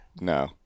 No